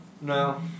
No